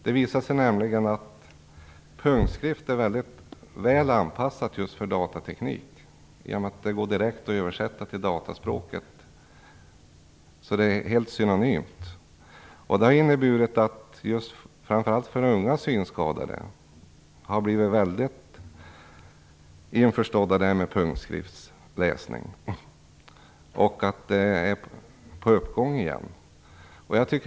Det visar sig nämligen att punktskrift är mycket väl anpassad just för datateknik genom att den direkt går att översätta till dataspråk, så där är det helt synonymt. Det har inneburit att framför allt unga synskadade har blivit väl förtrogna med punktskriftsläsning och att den därmed är på uppgång igen.